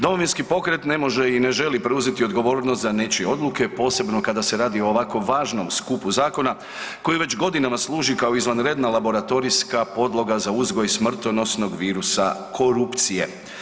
Domovinski pokret ne može i ne želi preuzeti odgovornost za nečije odluke posebno kada se radi o ovako važnom skupu zakona koji već godinama služi kao izvanredna laboratorijska podloga za uzgoj smrtonosnog virusa korupcije.